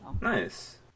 Nice